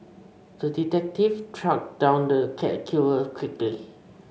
the detective tracked down the cat killer quickly